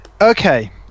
Okay